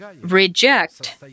reject